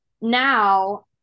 now